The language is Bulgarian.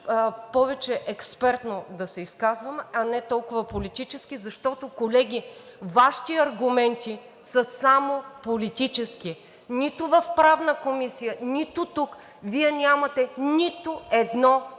повече експертно да се изказваме, а не толкова политически, защото, колеги, Вашите аргументи са само политически – нито в Правната комисия, нито тук, Вие нямате нито едно